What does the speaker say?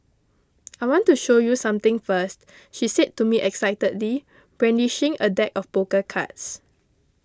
I want to show you something first she said to me excitedly brandishing a deck of poker cards